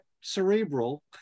cerebral